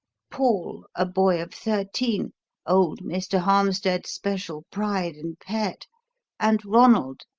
paul, a boy of thirteen old mr. harmstead's special pride and pet and ronald,